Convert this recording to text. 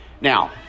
Now